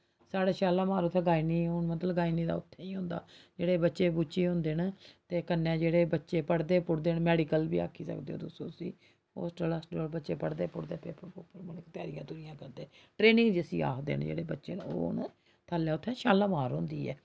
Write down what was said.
साढ़े शालामार उत्थै गायनिंग हून मतलब गायनिंग दा उत्थै ई होंदा ऐ जेह्ड़े बच्चे बुच्चे होंदे न ते कन्नै जेह्ड़े बच्चे पढ़दे पुढ़दे न मैड़िकल बी आक्खी सकदे तुस उसी होस्टल हास्टल बच्चे पढ़दे पुढ़दे त्यारियां तुरियां करदे ट्रेनिंग जिसी आखदे जेह्ड़े बच्चे न ओह् न थल्लै उत्थै शालामार होंदी ऐ